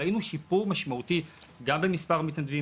ראינו שיפור משמעותי במספר המתנדבים,